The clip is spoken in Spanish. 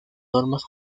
normas